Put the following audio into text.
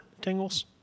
tingles